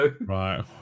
Right